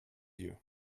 you